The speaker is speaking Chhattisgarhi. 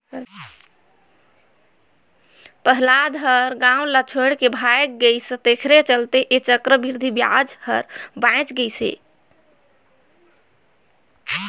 पहलाद ह गाव ल छोएड के भाएग गइस तेखरे चलते ऐ चक्रबृद्धि बियाज हर बांएच गइस हे